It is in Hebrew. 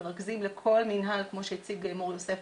כמו שהציג מור-יוסף,